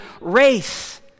race